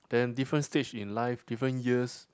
then different stage in life different years